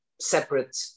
separate